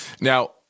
Now